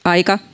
Aika